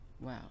Wow